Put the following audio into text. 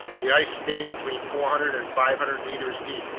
the ice stayed between four hundred and five hundred meters deep.